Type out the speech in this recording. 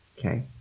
Okay